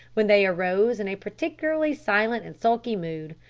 when they arose in a particularly silent and sulky mood,